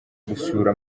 gusura